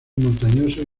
montañosos